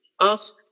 ask